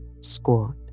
squat